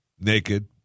naked